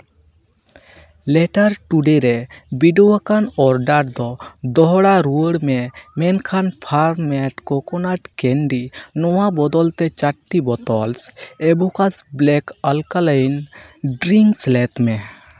letter today ᱨᱮ ᱵᱤᱰᱟᱹᱣᱟᱠᱟᱱ order ᱫᱚ ᱫᱚᱦᱲᱟ ᱨᱩᱣᱟᱹᱲ ᱢᱮ ᱢᱮᱱᱠᱷᱟᱱ ᱯᱷᱨᱟᱢ ᱢᱮᱹᱰ ᱠᱳᱠᱳᱱᱟᱴ ᱠᱮᱱᱰᱤ ᱱᱚᱣᱟ ᱵᱚᱫᱚᱞ ᱛᱮ ᱪᱟᱨᱴᱤ ᱵᱚᱛᱚᱞᱥ ᱮᱵᱚᱠᱟᱥ ᱵᱞᱮᱠ ᱟᱞᱠᱟᱞᱟᱭᱤᱱ ᱰᱨᱤᱝᱠᱥ ᱥᱮᱞᱮᱫ ᱢᱮ